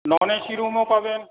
নন AC রুমও পাবেন